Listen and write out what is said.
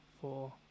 four